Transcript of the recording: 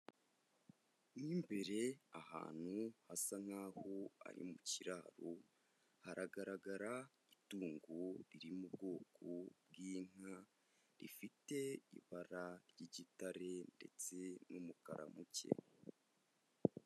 Mo imbere ahantu hasa nkaho ari mu kiraro, hagaragara itungo riri mu bwoko bw'inka, rifite ibara ry'igitare ndetse n'umukara muke.